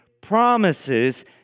promises